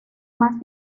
más